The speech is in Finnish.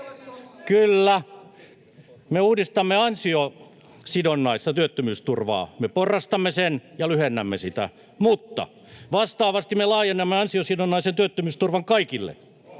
Kyllä. — Me uudistamme ansiosidonnaista työttömyysturvaa. Me porrastamme sen ja lyhennämme sitä, mutta vastaavasti me laajennamme ansiosidonnaisen työttömyysturvan kaikille,